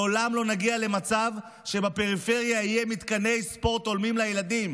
לעולם לא נגיע למצב שבפריפריה יהיו מתקני ספורט הולמים לילדים.